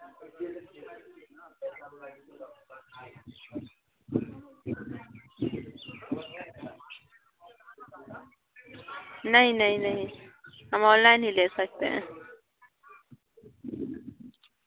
नहीं नहीं नहीं हम ऑनलाइन ही ले सकते हैं